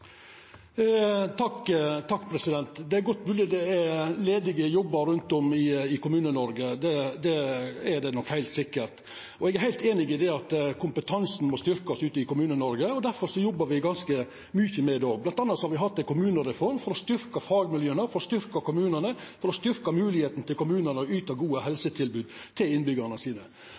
Det er godt mogleg det er ledige jobbar rundt om i Kommune-Noreg, det er det nok heilt sikkert. Eg er heilt einig i at kompetansen òg må styrkjast ute i Kommune-Noreg, difor jobbar me ganske mykje med det. Blant anna har me hatt ei kommunereform for å styrkja fagmiljøa, for å styrkja kommunane, for å styrkja moglegheita for kommunane til å yta gode helsetilbod til innbyggjarane sine.